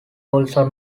also